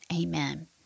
Amen